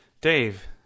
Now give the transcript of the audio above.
Dave